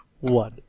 one